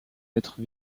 être